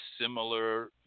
similar